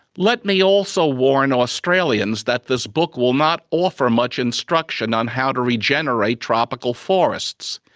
let me also warn australians that this book will not offer much instruction on how to regenerate tropical forests.